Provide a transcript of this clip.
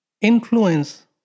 influence